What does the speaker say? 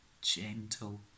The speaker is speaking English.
gentle